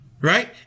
Right